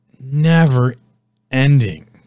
never-ending